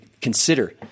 Consider